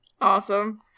Awesome